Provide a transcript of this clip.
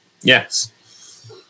Yes